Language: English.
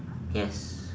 yes